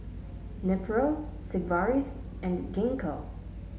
Nepro Sigvaris and Gingko